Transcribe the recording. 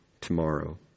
tomorrow